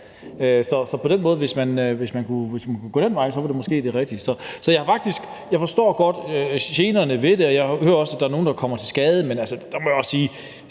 på den måde kunne gå den vej, var det måske det rigtige. Så jeg forstår godt generne ved det, og jeg hører også, at der er nogle, der kommer til skade.